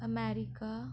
America